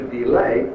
delay